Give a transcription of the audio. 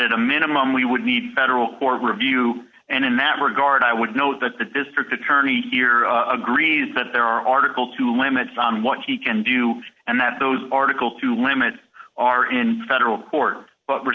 at a minimum we would need federal court review and in that regard i would note that the district attorney here agrees that there are article two limits on what he can do and that those article to limit are in federal court but